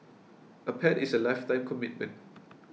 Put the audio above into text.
a pet is a lifetime commitment